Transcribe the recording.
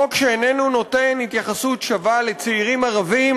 חוק שאיננו נותן התייחסות שווה לצעירים ערבים